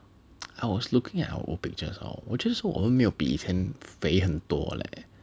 I was looking at our old pictures hor 我觉得说我们没有比以前肥很多 leh